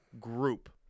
group